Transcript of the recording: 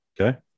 Okay